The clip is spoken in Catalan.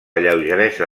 lleugeresa